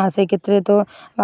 আর সেই ক্ষেত্রে তো